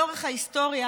לאורך ההיסטוריה